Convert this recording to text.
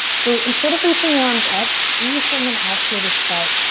so instead of reaching arms up, really send them out here to start.